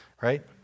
Right